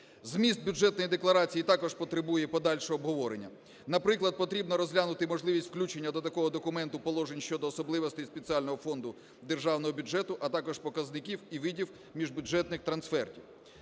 Зміст бюджетної декларації також потребує подальшого обговорення. Наприклад, потрібно розглянути можливість включення до такого документу положень щодо особливостей спеціального фонду Державного бюджету, а також показників і видів міжбюджетних трансфертів.